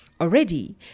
Already